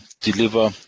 deliver